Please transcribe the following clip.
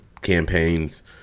campaigns